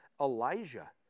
Elijah